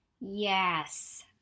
Yes